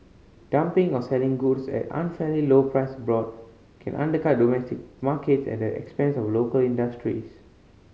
dumping or selling goods at unfairly low price abroad can undercut domestic markets at the expense of local industries